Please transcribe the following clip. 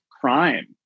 crime